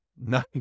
No